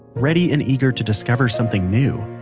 ready and eager to discover something new.